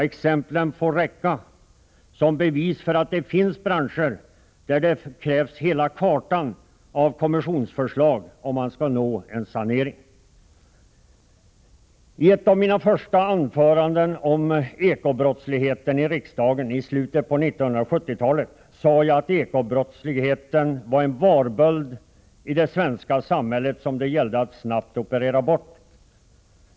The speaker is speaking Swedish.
Exemplen får räcka som bevis för att det finns branscher där det krävs hela kartan av kommissionsförslag, om man skall nå en sanering. I ett av mina första riksdagsanföranden om eko-brottsligheten — i slutet på 1970-talet — sade jag att eko-brottsligheten var en varböld i det svenska samhället som det gällde att snabbt operera bort.